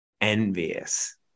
envious